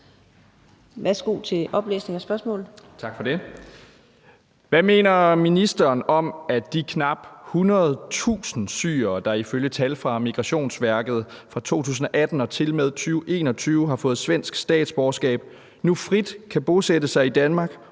Værsgo til oplæsning af spørgsmålet. Kl. 14:45 Mikkel Bjørn (DF): Tak for det. Hvad mener ministeren om, at de knap 100.000 syrere, der ifølge tal fra Migrationsverket fra 2018 til og med 2021 har fået svensk statsborgerskab, nu frit kan bosætte sig i Danmark,